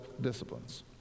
disciplines